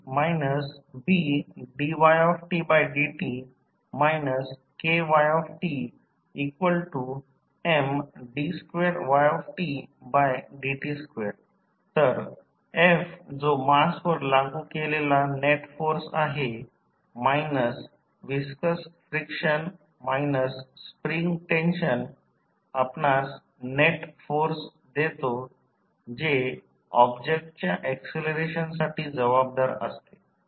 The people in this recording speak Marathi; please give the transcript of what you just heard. ft Bdytdt KytMd2ytdt2 तर f जो मास वर लागू केलेला नेट फोर्स आहे minus viscous friction minus spring tension आपणास नेट फोर्स देतो जे ऑब्जेक्टच्या ऍक्सलरेशनसाठी जबाबदार असते